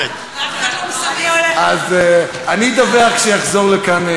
לכן, אדוני היושב-ראש, אני יודע שאתה בלחץ של זמן.